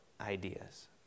ideas